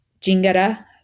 jingara